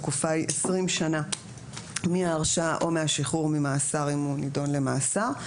התקופה היא 20 שנה מההרשעה או מהשחרור ממאסר אם הוא נידון למאסר,